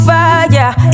Fire